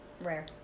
Rare